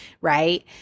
right